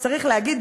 צריך להגיד,